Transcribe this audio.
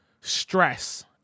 stress